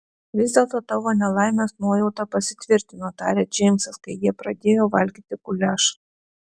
vis dėlto tavo nelaimės nuojauta pasitvirtino tarė džeimsas kai jie pradėjo valgyti guliašą